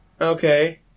Okay